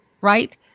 right